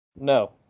No